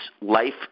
life